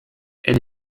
elle